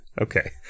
Okay